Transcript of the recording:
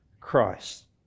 christ